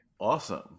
Awesome